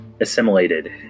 assimilated